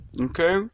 okay